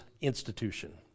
institution